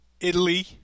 Italy